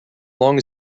long